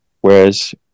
Whereas